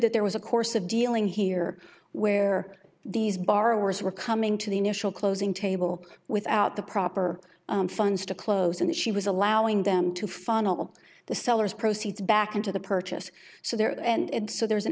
that there was a course of dealing here where these borrowers were coming to the initial closing table without the proper funds to close and she was allowing them to funnel the seller's proceeds back into the purchase so there and so there is an